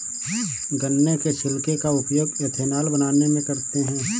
गन्ना के छिलके का उपयोग एथेनॉल बनाने में करते हैं